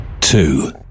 Two